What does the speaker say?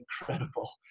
incredible